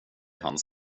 hans